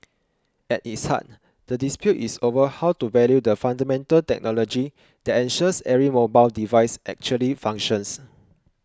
at its heart the dispute is over how to value the fundamental technology that ensures every mobile device actually functions